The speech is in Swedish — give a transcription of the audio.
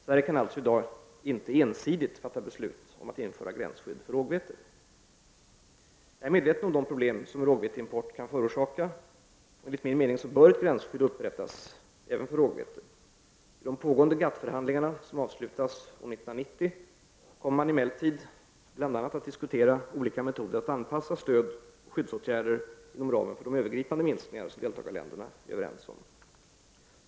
Sverige kan alltså inte i dag ensidigt fatta beslut om att införa gränsskydd för rågvete. Jag är medveten om de problem som en rågveteimport kan förorsaka och enligt min mening bör ett gränsskydd upprättas även för rågvete. Vid de pågående GATT-förhandlingarna som avslutas år 1990 kommer man emellertid bl.a. att disktuera olika metoder att anpassa stöd och skyddsåtgärder inom ramen för de övergripande minskningar som deltagarländerna är överens om.